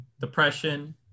depression